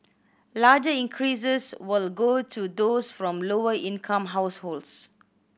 larger increases will go to those from lower income households